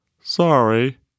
Sorry